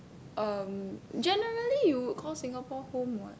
um generally you call Singapore home what